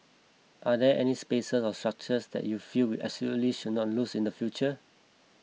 are there any space or structures that you feel we absolutely should not lose in the future